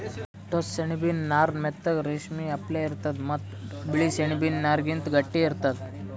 ಟೋಸ್ಸ ಸೆಣಬಿನ್ ನಾರ್ ಮೆತ್ತಗ್ ರೇಶ್ಮಿ ಅಪ್ಲೆ ಇರ್ತದ್ ಮತ್ತ್ ಬಿಳಿ ಸೆಣಬಿನ್ ನಾರ್ಗಿಂತ್ ಗಟ್ಟಿ ಇರ್ತದ್